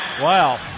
Wow